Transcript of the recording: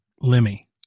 Lemmy